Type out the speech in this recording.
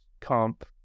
comp